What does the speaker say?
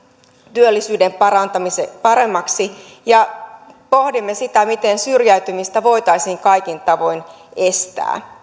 työllisyyden paremmaksi ja pohdimme sitä miten syrjäytymistä voitaisiin kaikin tavoin estää